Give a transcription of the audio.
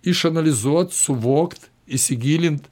išanalizuot suvokt įsigilint